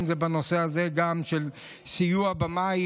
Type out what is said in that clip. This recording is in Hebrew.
אם זה בנושא של סיוע במים,